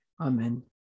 Amen